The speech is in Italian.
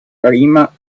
prima